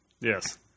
Yes